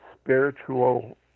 spiritual